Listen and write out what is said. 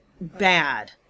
bad